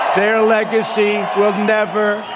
their legacy will never,